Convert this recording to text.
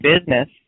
business